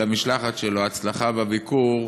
ולמשלחת שלו הצלחה בביקור,